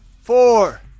four